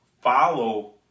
follow